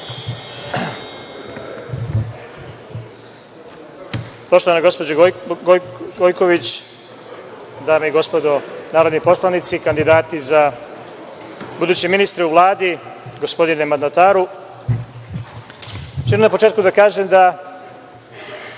problem. Poštovana gospođo Gojković, dame i gospodo narodni poslanici, kandidati za buduće ministre u Vladi, gospodine mandataru, na početku ću da kažem da